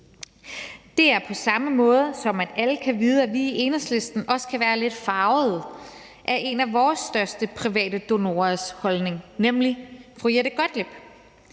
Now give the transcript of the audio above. – på samme måde, som vi i Enhedslisten også kan være lidt farvet af en af vores største private donorers holdning, nemlig fru Jette Gottlieb.